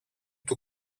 του